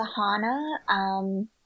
Sahana